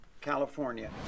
California